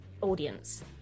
audience